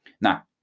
Now